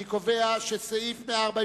אני קובע שהסתייגויותייך,